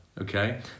okay